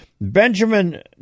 Benjamin